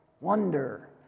wonder